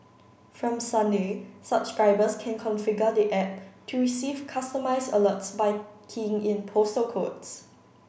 from Sunday subscribers can configure the app to receive customized alerts by keying in postal codes